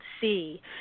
see